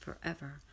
forever